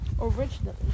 originally